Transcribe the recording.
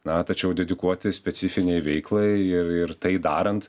na tačiau dedikuoti specifinei veiklai ir ir tai darant